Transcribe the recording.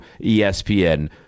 ESPN